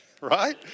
Right